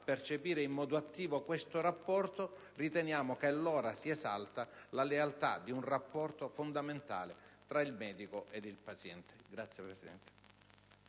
percepire in modo attivo questo rapporto, riteniamo che allora si esalta la lealtà di un rapporto fondamentale tra il medico ed il paziente.